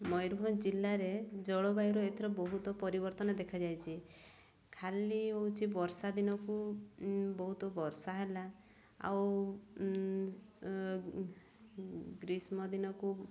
ମୟୂରଭଞ୍ଜ ଜିଲ୍ଲାରେ ଜଳବାୟୁର ଏଥର ବହୁତ ପରିବର୍ତ୍ତନ ଦେଖାଯାଇଛି ଖାଲି ହେଉଛି ବର୍ଷା ଦିନକୁ ବହୁତ ବର୍ଷା ହେଲା ଆଉ ଗ୍ରୀଷ୍ମ ଦିନକୁ